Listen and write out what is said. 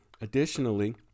Additionally